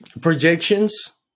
Projections